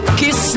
kiss